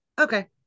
Okay